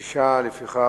6. לפיכך,